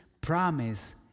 promise